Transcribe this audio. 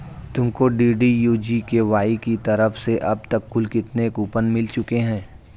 तुमको DDU GKY की तरफ से अब तक कुल कितने कूपन मिल चुके हैं?